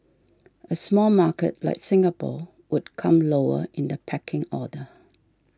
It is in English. a small market like Singapore would come lower in the pecking order